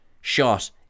shot